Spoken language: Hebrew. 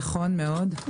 נכון מאוד.